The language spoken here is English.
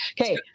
Okay